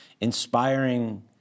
inspiring